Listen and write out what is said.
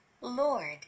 Lord